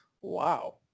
Wow